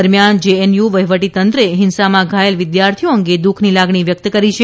દરમ્યાન જેએનયુ વહીવટીતંત્રએ હિંસામાં ઘાયલ વિદ્યાર્થીઓ અંગે દુ ખની લાગણી વ્યક્ત કરી છે